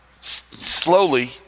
slowly